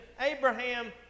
Abraham